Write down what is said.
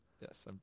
Yes